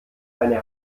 eine